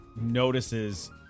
notices